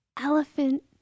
elephant